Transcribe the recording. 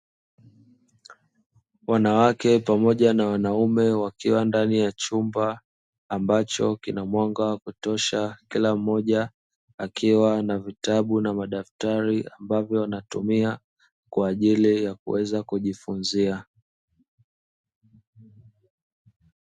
Wanawake pamoja na wanaume wakiwa ndani ya chumba ambacho kina mwanga wa kutosha, kila mmoja akiwa na vitabu na madaftari ambavyo wanatumia kwaajili ya kuweza kujifunzia.